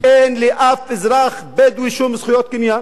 אין לאף אזרח בדואי שום זכויות קניין,